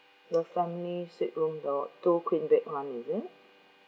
the family suite room the two queen bed one is it